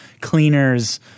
cleaners